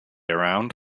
around